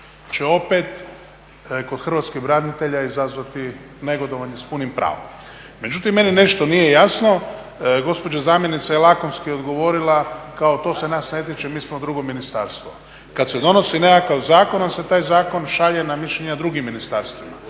će opet kod Hrvatskih branitelja izazvati negodovanje s punim pravom. Međutim, meni nešto nije jasno, gospođa zamjenica je lakonski odgovorila to se nas ne tiče, mi smo drugo ministarstvo. Kad se donosi nekakav zakon onda se taj zakon šalje na mišljenja drugim ministarstvima.